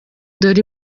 dore